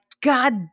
God